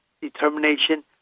determination